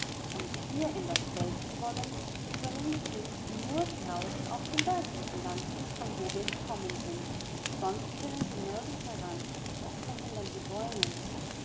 und hier in das wäldchen wollen so können sie nur draußen auf dem bergrücken landen von wo wir gekommen sind sonst können sie nirgends heran das verhindern die bäume